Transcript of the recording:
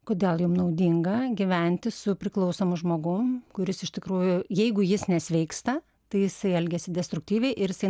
kodėl jum naudinga gyventi su priklausomu žmogum kuris iš tikrųjų jeigu jis nesveiksta tai jisai elgiasi destruktyviai ir jisai